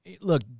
look